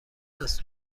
است